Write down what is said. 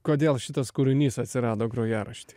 kodėl šitas kūrinys atsirado grojarašty